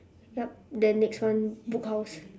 yup then next one book house